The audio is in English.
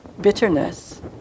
bitterness